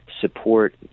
support